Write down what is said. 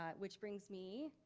ah which brings me,